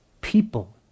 people